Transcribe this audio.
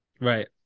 Right